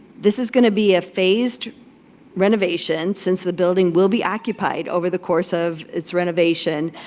this is going to be a phased renovation since the building will be occupied over the course of its renovation.